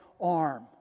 arm